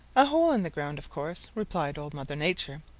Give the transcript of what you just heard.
a hole in the ground, of course, replied old mother nature.